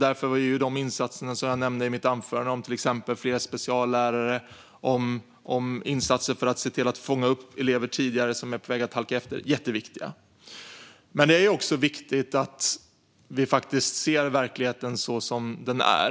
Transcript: Därför var de insatser som jag nämnde i mitt anförande, till exempel fler speciallärare och insatser för att se till att tidigare fånga upp elever som är på väg att halka efter, jätteviktiga. Men det är också viktigt att vi faktiskt ser verkligheten så som den är.